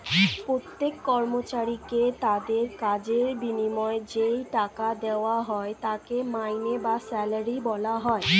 প্রত্যেক কর্মচারীকে তাদের কাজের বিনিময়ে যেই টাকা দেওয়া হয় তাকে মাইনে বা স্যালারি বলা হয়